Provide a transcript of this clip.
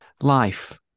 life